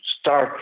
start